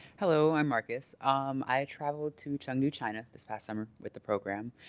hello, i'm marcus um i travelled to chengdu china this past summer with the program